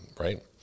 right